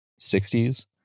60s